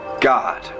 God